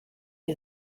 you